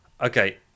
Okay